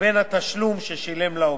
לבין התשלום ששילם לעובד.